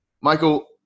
Michael